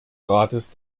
rates